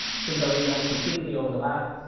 since our reads almost completely overlap,